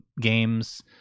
games